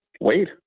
wait